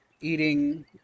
eating